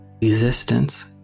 existence